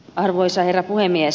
arvoisa herra puhemies